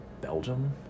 Belgium